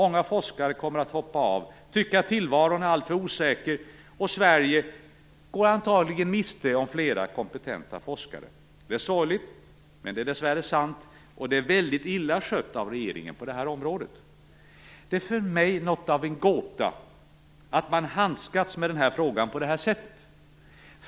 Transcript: Många forskare kommer att hoppa av. Sverige går antagligen miste om flera kompetenta forskare. Det är sorgligt, men det är dess värre sant. Regeringen har skött det här området väldigt illa. För mig är det något av en gåta att man handskats med den här frågan på det här sättet.